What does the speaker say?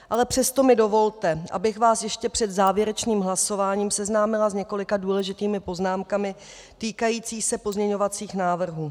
Ale přesto mi dovolte, abych vás ještě před závěrečným hlasováním seznámila s několika důležitými poznámkami týkajícími se pozměňovacích návrhů.